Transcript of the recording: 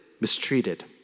mistreated